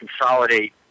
consolidate